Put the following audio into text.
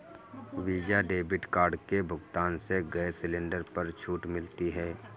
visa debit card के भुगतान से गैस सिलेंडर पर छूट मिलती है